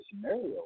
scenario